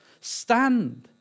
Stand